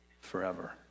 forever